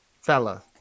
fella